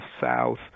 South